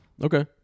Okay